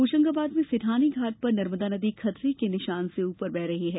होशंगाबाद में सेठानी घाट पर नर्मदा नदी खतरे के निशान से ऊपर बह रही है